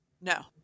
No